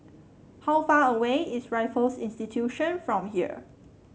how far away is Raffles Institution from here